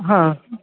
हा